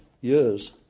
years